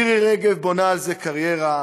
מירי רגב בונה על זה קריירה,